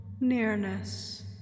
nearness